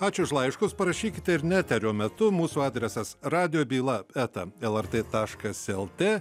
ačiū už laiškus parašykite ir ne eterio metu mūsų adresas radio byla eta lrt taškas lt